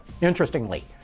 Interestingly